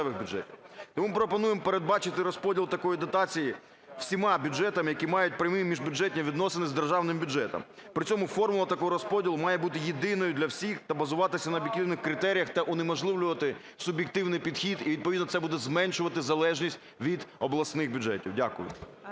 Тому пропонуємо передбачити розподіл такої дотації всім бюджетам, які мають прямі міжбюджетні відносини з державним бюджетом. При цьому формула такого розподілу має бути єдиною для всіх та базуватися на об'єктивних критеріях та унеможливлювати суб'єктивний підхід. І відповідно це буде зменшувати залежність від обласних бюджетів. Дякую.